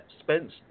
Spence